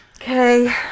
Okay